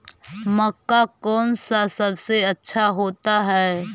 मक्का कौन सा सबसे अच्छा होता है?